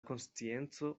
konscienco